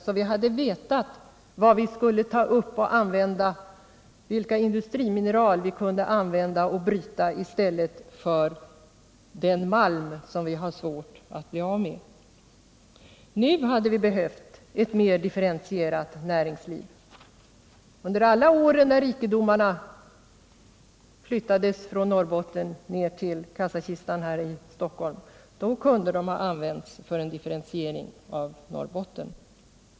Då hade vi vetat vilka industrimineral vi kan bryta i stället för den malm som vi har svårt att bli av med. Nu hade vi behövt ett mer differentierat näringsliv. Under alla de år då rikedomarna flyttades från Norrbotten ned till kassakistan här i Stockholm kunde de ha använts för en differentiering av näringslivet i Norrbotten.